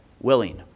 willing